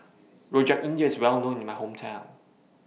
Rojak India IS Well known in My Hometown